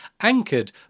anchored